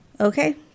Okay